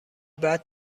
بعد